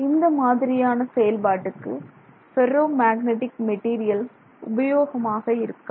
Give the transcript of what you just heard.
இந்த மாதிரியான செயல்பாட்டுக்கு ஃபெர்ரோ மேக்னெட்டிக் மெட்டீரியல் உபயோகமாக இருக்காது